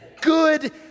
good